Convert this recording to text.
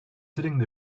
sitting